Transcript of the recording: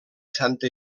santa